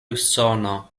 usono